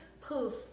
poof